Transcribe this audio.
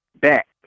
back